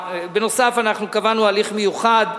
נוסף על כך קבענו הליך מיוחד,